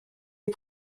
est